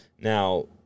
now